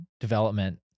development